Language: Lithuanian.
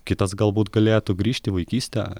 kitas galbūt galėtų grįžti į vaikystę